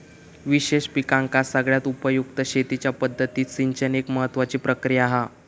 विशेष पिकांका सगळ्यात उपयुक्त शेतीच्या पद्धतीत सिंचन एक महत्त्वाची प्रक्रिया हा